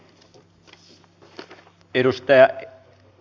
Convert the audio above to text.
arvoisa puhemies